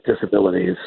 disabilities